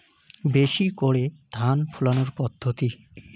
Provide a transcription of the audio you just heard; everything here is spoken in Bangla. বেশি করে ধান ফলানোর পদ্ধতি?